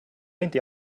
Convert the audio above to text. inte